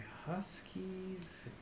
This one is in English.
Huskies